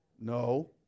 no